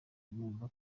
numva